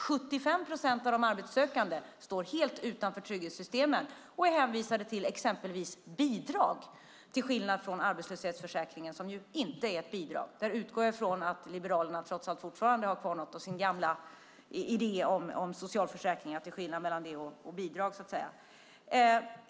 75 procent av de arbetssökande står helt utanför trygghetssystemen och är hänvisade till exempelvis bidrag, till skillnad från arbetslöshetsförsäkringen, som inte är ett bidrag. Där utgår jag från att liberalerna trots allt fortfarande har kvar något av sin gamla idé om att det är skillnad mellan socialförsäkringar och bidrag.